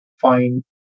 find